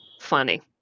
funny